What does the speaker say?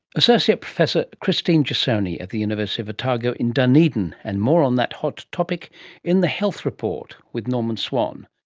associate professor christine jasoni at the university of otago in dunedin, and more on that hot topic in the health report with norman swan